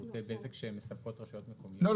למנוע מהרשויות ולא